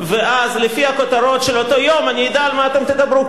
ואז לפי הכותרות של אותו יום אני אדע על מה אתם תדברו,